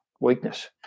weakness